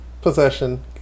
Possession